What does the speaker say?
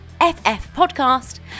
FFpodcast